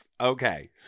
Okay